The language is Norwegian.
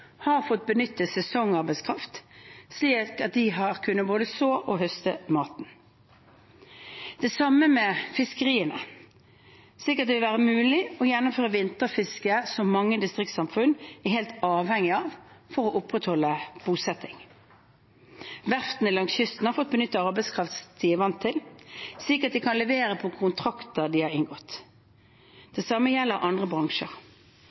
har fått benytte sesongarbeidskraft, slik at de har kunnet både så og høste maten. Det samme med fiskeriene, slik at det vil være mulig å gjennomføre vinterfisket som mange distriktssamfunn er helt avhengige av for å opprettholde bosetting. Verftene langs kysten har fått benytte arbeidskraften de er vant til, slik at de kan levere på kontraktene de har inngått. Det samme gjelder andre bransjer.